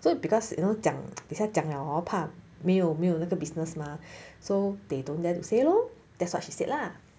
so because you know because 讲等一下讲 liao hor 怕没有没有那个 business mah so they don't dare to say lor that's what she said lah